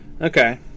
Okay